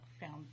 found